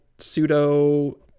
pseudo